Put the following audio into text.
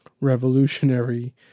revolutionary